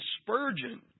Spurgeon